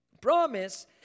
Promise